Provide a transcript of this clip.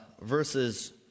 verses